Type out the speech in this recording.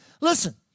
Listen